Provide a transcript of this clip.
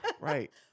Right